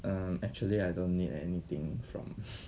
um actually I don't need anything from